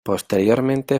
posteriormente